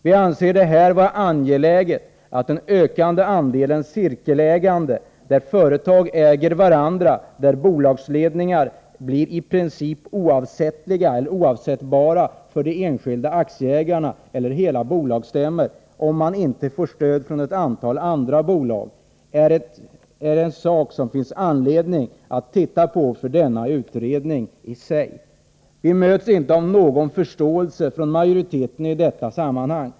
Vi anser att den ökande andelen cirkelägande, där företag äger varandra och där bolagsledningar blir i princip oavsättbara för de enskilda aktieägarna eller hela bolagsstämmor, om man inte får stöd från ett antal andra bolag, är en sak som det finns anledning att se på för denna utredning. Vi möts dock inte av någon förståelse från majoriteten i detta sammanhang.